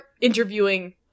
interviewing